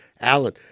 Alan